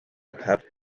have